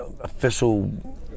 official